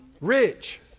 Rich